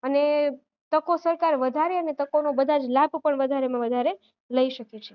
અને તકો સરકાર વધારે અને તકોનું બધા જ લાભ પણ વધારેમાં વધારે લઈ શકે છે